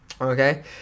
Okay